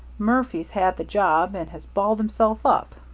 murphy's had the job and has balled himself up